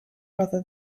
rather